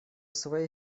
своей